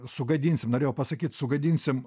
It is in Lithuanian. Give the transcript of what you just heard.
sugadinsim norėjau pasakyt sugadinsim